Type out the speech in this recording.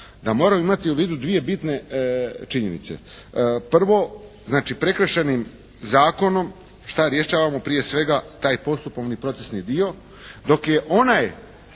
da moramo imati u vidu dvije bitne činjenice. Prvo, znači Prekršajnim zakonom šta rješavamo prije svega taj postupovni procesni dio dok je onaj